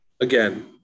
again